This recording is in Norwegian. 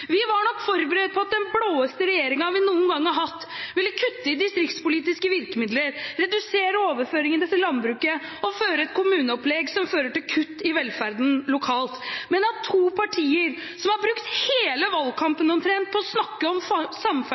Vi var nok forberedt på at den blåeste regjeringen vi noen gang har hatt, ville kutte i distriktspolitiske virkemidler, redusere overføringene til landbruket og føre et kommuneopplegg som fører til kutt i velferden lokalt, men at to partier, som har brukt hele valgkampen omtrent på å snakke om